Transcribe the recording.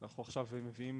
אנחנו עכשיו מביאים